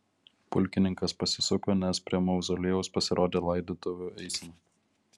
pulkininkas pasisuko nes prie mauzoliejaus pasirodė laidotuvių eisena